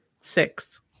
Six